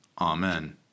amen